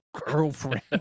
girlfriend